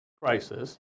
crisis